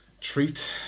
Treat